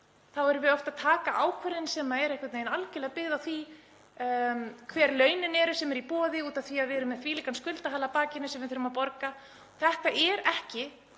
þá erum við oft að taka ákvörðun sem er einhvern veginn algerlega byggð á því hver launin eru sem eru í boði út af því að við erum með þvílíkan skuldahala á bakinu sem við þurfum að borga. Þetta er ekki